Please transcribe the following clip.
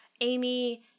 Amy